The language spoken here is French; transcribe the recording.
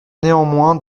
néanmoins